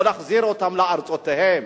או להחזיר אותם לארצותיהם.